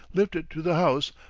lifted to the house,